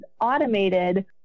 automated